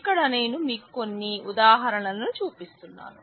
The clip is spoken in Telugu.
ఇక్కడ నేను మీకు కొన్ని ఉదాహరణలు చూపిస్తున్నాను